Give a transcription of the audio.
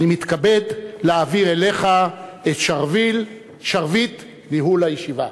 אני מתכבד להעביר אליך את שרביט ניהול הישיבה.